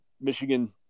Michigan